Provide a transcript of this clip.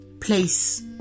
place